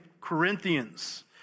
Corinthians